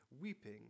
weeping